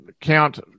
count